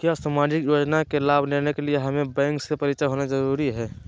क्या सामाजिक योजना के लाभ के लिए हमें बैंक से परिचय होना जरूरी है?